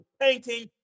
painting